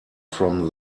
from